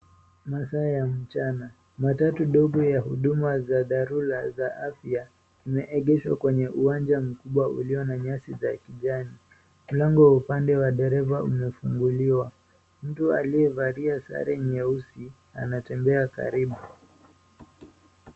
Masaa ya mchana, matatu ndogo ya huduma za dharura za afya limeegeshwa kwenye uwanja mkubwa ulio na nyasi za kijani. Mlango wa upande wa dereva umefunguliwa. Mtu aliyevalia sare nyeusi anatembea karibu.